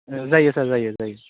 जायो सार जायो जायो